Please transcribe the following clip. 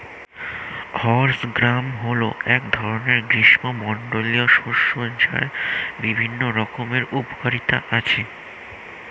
horse gram হল এক ধরনের গ্রীষ্মমণ্ডলীয় শস্য যার বিভিন্ন রকমের উপকারিতা আছে